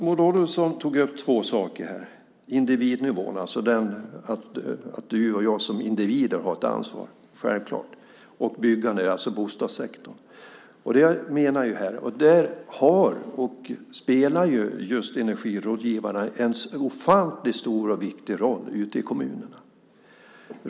Maud Olofsson tog upp två saker - individnivån, alltså att du och jag som individer självklart har ett ansvar, och byggandet, alltså bostadssektorn. Där spelar energirådgivarna en ofantligt stor och vikig roll ute i kommunerna.